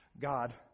God